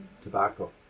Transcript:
tobacco